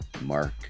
Mark